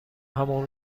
همان